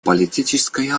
политической